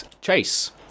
Chase